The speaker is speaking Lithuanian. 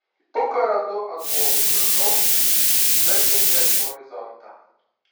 puką randu ant uolų viršaus žvelgiančią į horizontą